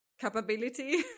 capability